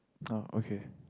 oh okay